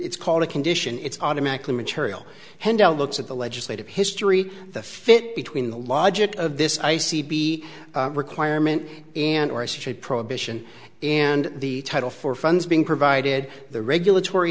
it's called a condition it's automatically material hendo looks at the legislative history the fit between the logic of this i c b requirement and or i should prohibition and the title for funds being provided the regulatory